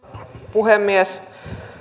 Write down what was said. puhemies